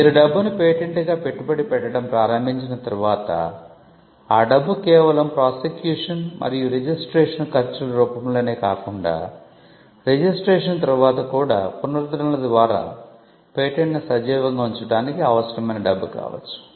మీరు డబ్బును పేటెంట్గా పెట్టుబడి పెట్టడం ప్రారంభించిన తర్వాత ఆ డబ్బు కేవలం ప్రాసిక్యూషన్ మరియు రిజిస్ట్రేషన్ ఖర్చుల రూపంలోనే కాకుండా రిజిస్ట్రేషన్ తర్వాత కూడా పునరుద్ధరణల ద్వారా పేటెంట్ను సజీవంగా ఉంచడానికి అవసరమైన డబ్బు కావచ్చు